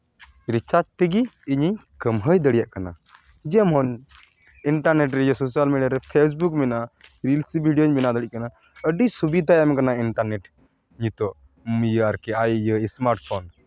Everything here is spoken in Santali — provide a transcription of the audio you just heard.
ᱨᱤᱪᱟᱨᱡᱽ ᱛᱮᱜᱮ ᱤᱧᱤᱧ ᱠᱟᱹᱢᱦᱟᱹᱭ ᱫᱟᱲᱮᱭᱟᱜ ᱠᱟᱱᱟ ᱡᱮᱢᱚᱱ ᱤᱱᱴᱟᱨᱱᱮᱹᱴ ᱨᱮ ᱥᱳᱥᱟᱞ ᱢᱤᱰᱤᱭᱟᱨᱮ ᱯᱷᱮᱥᱵᱩᱠ ᱢᱮᱱᱟᱜᱼᱟ ᱨᱤᱞᱥ ᱵᱷᱤᱰᱭᱳᱧ ᱵᱮᱱᱟᱣ ᱫᱟᱲᱮᱜ ᱠᱟᱱᱟ ᱟᱹᱰᱤ ᱥᱩᱵᱤᱫᱷᱟᱭ ᱮᱢ ᱠᱟᱱᱟ ᱤᱱᱴᱟᱨᱱᱮᱹᱴ ᱱᱤᱛᱚᱜ ᱟᱨᱠᱤ ᱟᱭ ᱥᱢᱟᱨᱴ ᱯᱷᱳᱱ